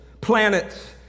planets